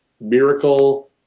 Miracle